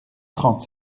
trente